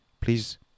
Please